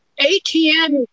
ATM